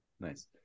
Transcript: Nice